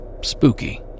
spooky